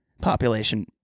population